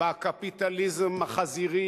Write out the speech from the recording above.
בקפיטליזם החזירי.